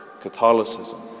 Catholicism